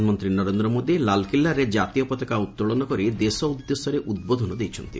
ପ୍ରଧାନମନ୍ତ୍ରୀ ନରେନ୍ଦ୍ର ମୋଦି ଲାଲ୍କିଲ୍ଲାରରେ ଜାତୀୟ ପତାକା ଉତ୍ତୋଳନ କରି ଦେଶ ଉଦ୍ଦେଶ୍ୟରେ ଉଦ୍ବୋଧନ ଦେଇଛନ୍ତି